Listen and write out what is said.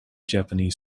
japanese